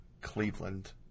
Cleveland